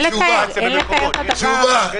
בתקנה 7 לתקנות העיקריות, אחרי פסקה (1א)